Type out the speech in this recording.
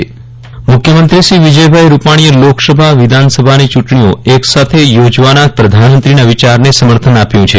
વિરલ રાણા મુખ્યમંત્રી મુખ્યમંત્રી શ્રી વિજયભાઇ રૂપાજ્ઞીએ લોકસભા વિધાનસભાની ચૂંટજ્ઞીઓ એક સાથે યોજવાના પ્રધાનમંત્રીના વિચારને સમર્થન આપ્યું છે